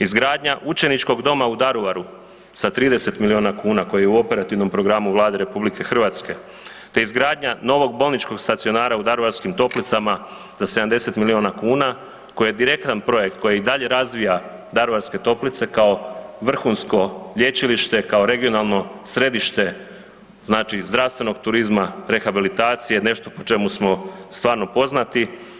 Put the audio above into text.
Izgradnja Učeničkog doma u Daruvaru, sa 30 miliona kuna koji je u operativnom programu Vlade RH te izgradnja novog bolničkog stacionara u Daruvarskim Toplicama za 70 miliona kuna koja je direktan projekt koji i dalje razvija Daruvarske Toplice kao vrhunsko lječilište kao regionalno središte znači zdravstvenog turizma, rehabilitacije nešto po čemu smo stvarno poznati.